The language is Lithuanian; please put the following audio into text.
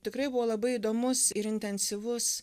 tikrai buvo labai įdomus ir intensyvus